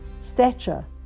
stature